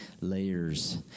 layers